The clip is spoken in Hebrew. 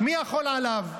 מי יכול עליו?